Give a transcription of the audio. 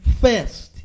first